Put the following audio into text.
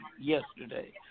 yesterday